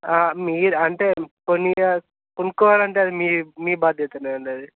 మీరు అంటే కొన్ని కొనుకోవాలంటే అది మీ మీ బాధ్యత అండి అది